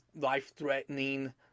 life-threatening